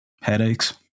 headaches